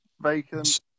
vacant